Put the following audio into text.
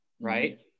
Right